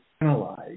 analyze